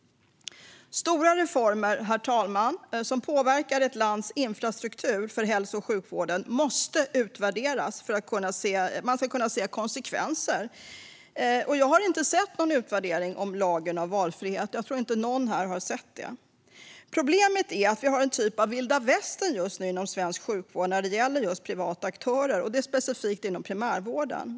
Herr talman! Stora reformer som påverkar ett lands infrastruktur för hälso och sjukvården måste utvärderas för att man ska kunna se konsekvenser. Jag har inte sett någon utvärdering av lagen om valfrihet, och jag tror inte att någon här har gjort det. Problemet är att vi har en typ av vilda västern just nu inom svensk sjukvård när det gäller just privata aktörer, och det är specifikt inom primärvården.